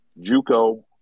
JUCO